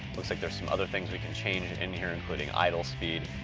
looks like there's some other things we can change in here, including idle speed.